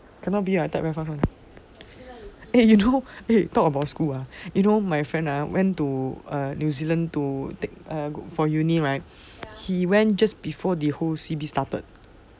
cannot be like that far from it you do a talk about school you know my friend went to a new zealand to take a good for uni right he went just before the whole C_B started